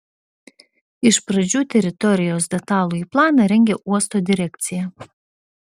iš pradžių teritorijos detalųjį planą rengė uosto direkcija